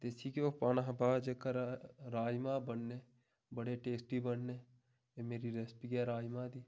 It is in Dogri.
देसी घ्यो पाना हा बाद च जेह्का राज़मा बनने बड़े टेस्टी बनने एह् मेरी रेस्पी ऐ राज़मा दी